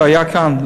כשהיה כאן,